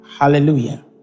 Hallelujah